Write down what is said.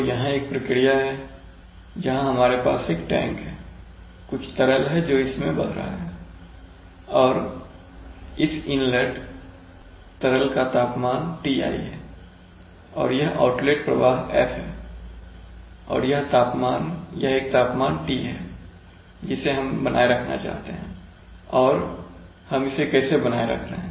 तो यहां एक प्रक्रिया है जहां हमारे पास एक टैंक है कुछ तरल है जो इसमें बह रहा है और इस इनलेट तरल का तापमान Ti है और यह आउटलेट प्रवाह F है और यह एक तापमान T है जिसे हम बनाए रखना चाहते हैं और हम इसे कैसे बनाए रख रहे हैं